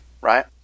Right